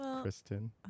Kristen